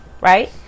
right